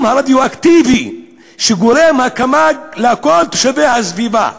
הרדיואקטיבי שגורם הקמ"ג לכל תושבי הסביבה.